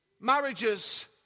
Marriages